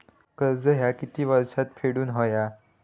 कर्ज ह्या किती वर्षात फेडून हव्या?